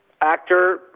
actor